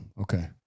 Okay